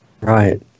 right